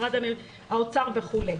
משרד האוצר וכו'.